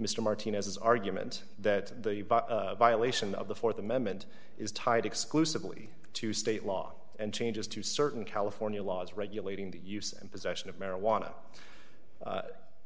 mr martinez's argument that the violation of the th amendment is tied exclusively to state law and changes to certain california laws regulating the use and possession of marijuana